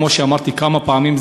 כמו שאמרתי כמה פעמים,